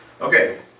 Okay